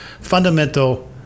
fundamental